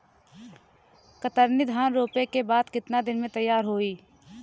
कतरनी धान रोपे के बाद कितना दिन में तैयार होई?